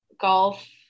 golf